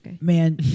man